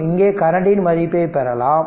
மற்றும் இங்கே கரண்டின் மதிப்பை பெறலாம்